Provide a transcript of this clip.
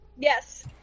Yes